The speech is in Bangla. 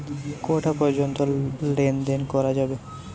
কটা পর্যন্ত লেন দেন করা যাবে?